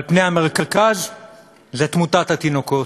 על פני המרכז זה תמותת התינוקות.